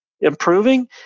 improving